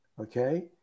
okay